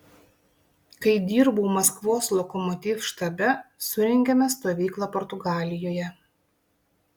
kai dirbau maskvos lokomotiv štabe surengėme stovyklą portugalijoje